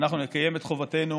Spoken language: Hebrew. שאנחנו נקיים את חובתנו